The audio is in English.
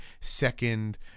second